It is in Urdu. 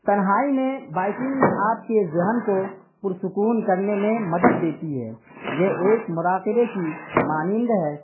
تنہائی میں بائکنگ آپ کے ذہن کو پرسکون کرنے میں مدد دیتی ہے یہ ایک مراقبے کی مانند ہے